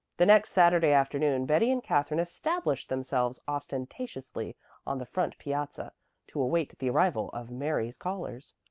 the next saturday afternoon betty and katherine established themselves ostentatiously on the front piazza to await the arrival of mary's callers,